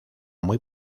muy